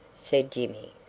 said jimmy,